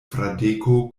fradeko